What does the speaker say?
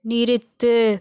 நிறுத்து